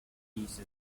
jesus